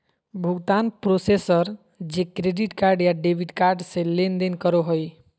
भुगतान प्रोसेसर जे credit card या डेबिट कार्ड से लेनदेन करो हइ